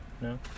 No